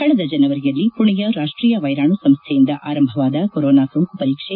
ಕಳೆದ ಜನವರಿಯಲ್ಲಿ ಪುಣೆಯ ರಾಷ್ಷೀಯ ವೈರಾಣು ಸಂಸ್ಟೆಯಿಂದ ಆರಂಭವಾದ ಕೊರೊನಾ ಸೋಂಕು ಪರೀಕ್ಷೆ